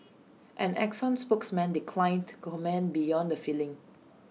an exxon spokesman declined to comment beyond the filing